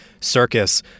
circus